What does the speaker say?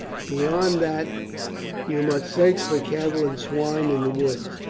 beyond that you must search for cattle and swine in the woods,